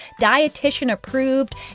dietitian-approved